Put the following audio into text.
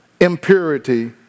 impurity